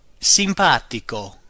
Simpatico